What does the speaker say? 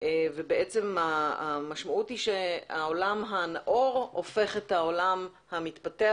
ובעצם המשמעות היא שהעולם הנאור הופך את העולם המתפתח